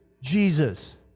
Jesus